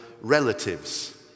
relatives